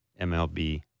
MLB